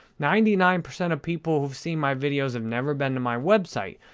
ninety nine percent of people who have seen my videos have never been to my website.